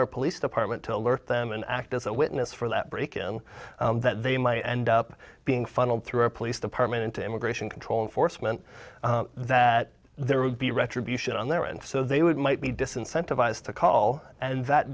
our police department to alert them and act as a witness for that break in that they might end up being funneled through a police department into immigration control and force meant that there would be retribution on there and so they would might be disincentive eyes to call and that